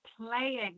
playing